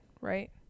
right